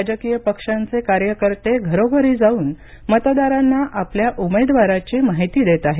राजकीय पक्षांचे कार्यकर्ते घरोघरी जाऊन मतदारांना आपल्या उमेदवाराची माहिती देत आहेत